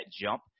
jump